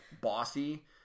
bossy